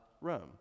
Rome